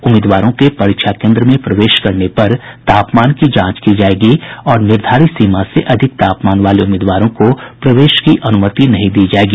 उम्मीदवारों के परीक्षा केन्द्र में प्रवेश करने पर तापमान की जांच की जाएगी और निर्धारित सीमा से अधिक तापमान वाले उम्मीदवारों को प्रवेश की अनुमति नहीं दी जाएगी